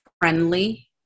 friendly